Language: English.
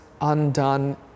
undone